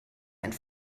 einen